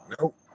Nope